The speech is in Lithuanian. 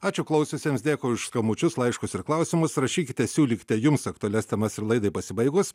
ačiū klausiusiems dėkui už skambučius laiškus ir klausimus rašykite siūlykite jums aktualias temas ir laidai pasibaigus